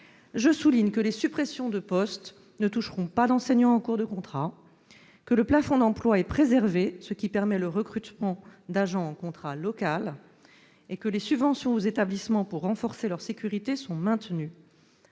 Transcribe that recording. Je souligne que les suppressions de postes ne toucheront pas d'enseignants en cours de contrat, que le plafond d'emplois est préservé, ce qui permet le recrutement d'agents en contrat local, et que les subventions aux établissements pour renforcer leur sécurité sont maintenues.